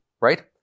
right